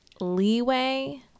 leeway